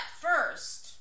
first